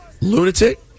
lunatic